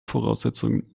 voraussetzungen